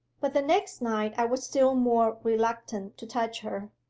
but the next night i was still more reluctant to touch her.